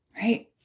right